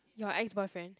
your ex boyfriend